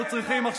יושבים,